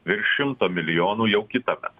virš šimto milijonų jau kitąmet